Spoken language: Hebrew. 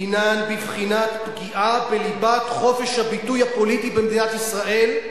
הינה בבחינת פגיעה בליבת חופש הביטוי הפוליטי במדינת ישראל,